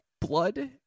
blood